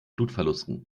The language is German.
blutverlusten